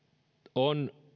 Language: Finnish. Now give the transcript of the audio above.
on